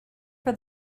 for